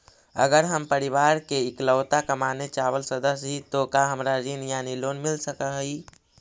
अगर हम परिवार के इकलौता कमाने चावल सदस्य ही तो का हमरा ऋण यानी लोन मिल सक हई?